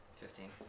Fifteen